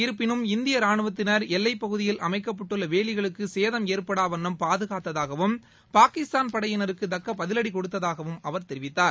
இருப்பினும் இந்திய ரானுவத்தினர் எல்லைப் பகுதியில் அமைக்கப்பட்டுள்ள வேலிகளுக்கு சேதம் ஏற்படாவண்ணம் பாதுகாத்தாகவும் பாகிஸ்தான் படையினருக்கு தக்க பதிவடி கொடுத்ததாகவும் அவர் தெரிவித்தார்